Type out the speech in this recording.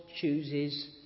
chooses